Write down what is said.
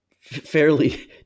fairly